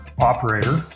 operator